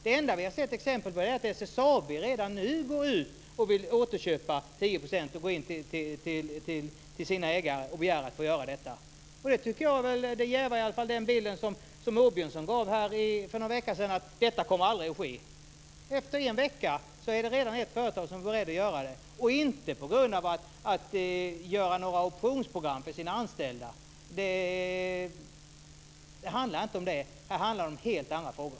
Det enda vi har sett exempel på är att SSAB redan nu går ut och vill återköpa 10 % och går in till sina ägare och begär att få göra detta. Det ger den bild som Åbjörnsson gav för någon vecka sedan, att detta kommer aldrig att ske. Efter en vecka är det redan ett företag som är redo att göra det, inte på grund av att göra några optionsprogram för sina anställda. Det handlar inte om det. Här handlar det om helt andra frågor.